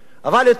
אבל אתמול